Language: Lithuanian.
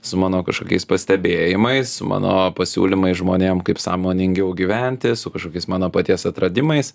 su mano kažkokiais pastebėjimais su mano pasiūlymais žmonėm kaip sąmoningiau gyventi su kažkokiais mano paties atradimais